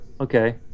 okay